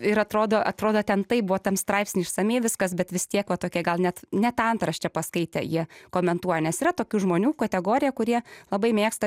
ir atrodo atrodo ten taip buvo tam straipsny išsamiai viskas bet vis tiek va tokie gal net ne tą antraštę paskaitė jie komentuoja nes yra tokių žmonių kategorija kurie labai mėgsta